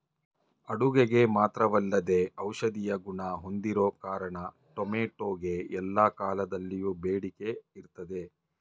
ಅಡುಗೆಗೆ ಮಾತ್ರವಲ್ಲದೇ ಔಷಧೀಯ ಗುಣ ಹೊಂದಿರೋ ಕಾರಣ ಟೊಮೆಟೊಗೆ ಎಲ್ಲಾ ಕಾಲದಲ್ಲಿಯೂ ಬೇಡಿಕೆ ಇರ್ತದೆ